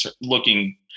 looking